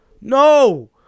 no